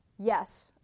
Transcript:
Yes